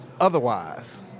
otherwise